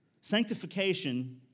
Sanctification